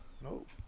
Nope